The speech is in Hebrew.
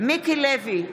מיקי לוי,